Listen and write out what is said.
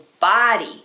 body